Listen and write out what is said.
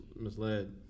misled